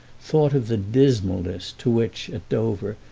thought of the dismalness to which, at dover,